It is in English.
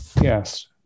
Yes